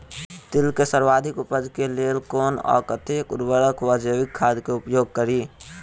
तिल केँ सर्वाधिक उपज प्राप्ति केँ लेल केँ कुन आ कतेक उर्वरक वा जैविक खाद केँ उपयोग करि?